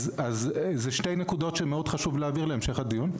אלה שתי נקודות שחשוב מאוד להבהיר להמשך הדיון.